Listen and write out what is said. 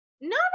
no